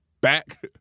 back